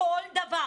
כל דבר,